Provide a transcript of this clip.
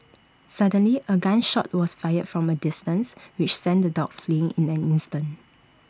suddenly A gun shot was fired from A distance which sent the dogs fleeing in an instant